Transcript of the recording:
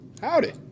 Howdy